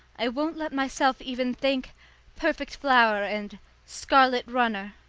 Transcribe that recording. i won't let myself even think perfect flower and scarlet runner.